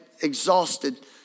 exhausted